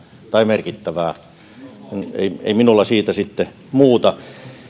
tai erittäin merkittävä ei minulla siitä sitten muuta